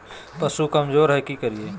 पशु कमज़ोर है कि करिये?